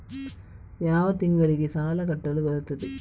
ಯಾವ ತಿಂಗಳಿಗೆ ಸಾಲ ಕಟ್ಟಲು ಬರುತ್ತದೆ?